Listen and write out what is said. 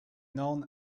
known